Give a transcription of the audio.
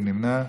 מי נמנע?